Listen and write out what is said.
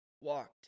walked